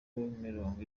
mirongo